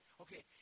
Okay